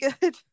good